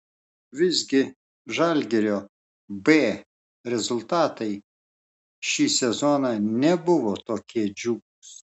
visgi žalgirio b rezultatai šį sezoną nebuvo tokie džiugūs